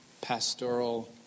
pastoral